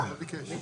הוא ביקש,